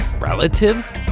relatives